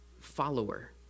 follower